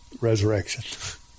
Resurrection